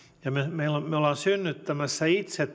me me olemme itse